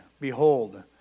Behold